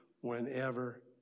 whenever